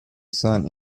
sun